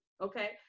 Okay